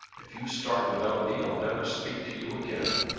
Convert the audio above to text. if you start without me i'll never speak to you again.